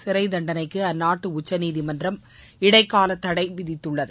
சிறை தண்டனைக்கு அந்நாட்டு உச்சநீதிமன்றம் இடைக்காலத் தடை விதித்துள்ளது